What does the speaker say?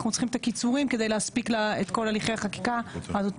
אנחנו צריכים את הקיצורים כדי להספיק את כל הליכי החקיקה עד אותו